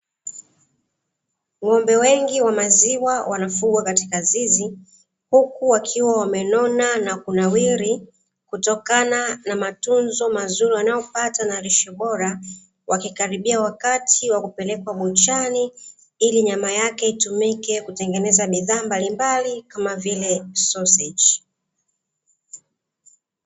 Ng'ombe wengi wa maziwa wanaofugwa katika zizi, huku wakiwa wamenona na kunawiri kutokana na matunzo mazuri wanayopata na lisho bora, wakikaribia wakati wa kupelekwa buchani ili nyama yake itumike kutengeneza bidhaa mbalimbali, kama vile soseji.